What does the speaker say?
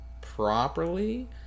properly